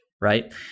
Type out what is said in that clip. right